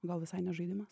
o gal visai ne žaidimas